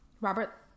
robert